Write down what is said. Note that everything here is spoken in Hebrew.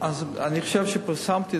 אני חושב שפרסמתי